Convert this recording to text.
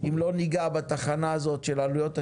אם לא ניגע בתחנה הזאת של עלויות השינוע,